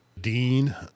dean